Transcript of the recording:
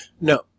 No